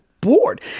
bored